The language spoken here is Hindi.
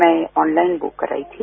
मैं ऑनलाइन बुक करायीथी